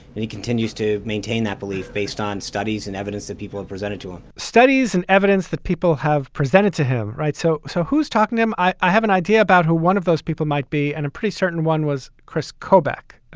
and he continues to maintain that belief based on studies and evidence that people have presented to him, studies and evidence that people have presented to him right. so so who's talking him? i have an idea about who one of those people might be. and a pretty certain one was kris kobach.